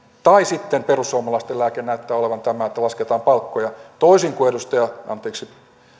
tai sitten perussuomalaisten lääke näyttää olevan tämä että lasketaan palkkoja toisin kuin edustaja anteeksi